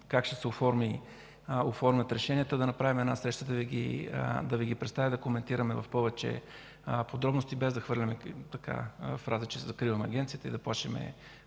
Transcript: как ще се оформят решенията, да направим една среща и да Ви ги представя, да коментираме в повече подробности, без да хвърляме фрази, че закриваме Агенцията и да плашим